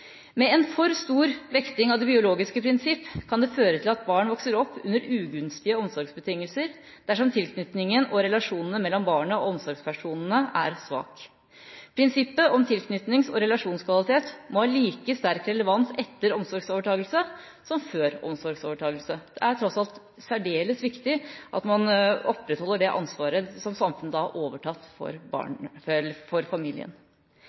oppvekstvilkår. En for stor vekting av det biologiske prinsipp kan føre til at barn vokser opp under ugunstige omsorgsbetingelser dersom relasjonene mellom barnet og omsorgspersonene er svake og tilknytningen er svak. Prinsippet om tilknytnings- og relasjonskvalitet må ha like sterk relevans etter omsorgsovertakelse som før omsorgsovertakelse. Det er tross alt særdeles viktig at man opprettholder det ansvaret som samfunnet har overtatt fra familien.